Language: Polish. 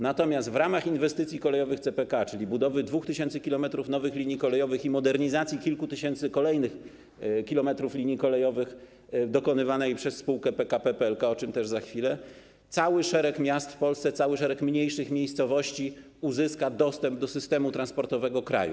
Natomiast w ramach inwestycji kolejowych CPK, czyli budowy 2000 km nowych linii kolejowych i modernizacji kilku tysięcy kolejnych kilometrów linii kolejowych dokonywanej przez spółkę PKP PLK, o czym też za chwilę, cały szereg miast w Polsce, cały szereg mniejszych miejscowości uzyska dostęp do systemu transportowego kraju.